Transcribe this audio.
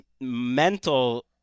mental